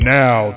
now